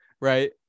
right